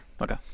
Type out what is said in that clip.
Okay